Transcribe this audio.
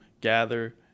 gather